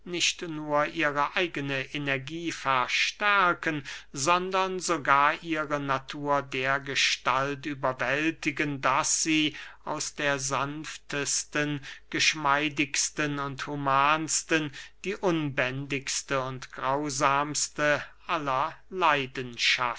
nicht nur ihre eigene energie verstärken sondern sogar ihre natur dergestalt überwältigen daß sie aus der sanftesten geschmeidigsten und humansten die unbändigste und grausamste aller